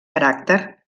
caràcter